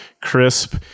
crisp